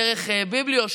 דרך ביבליו,